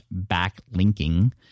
backlinking